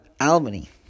Albany